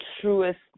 truest